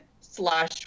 slash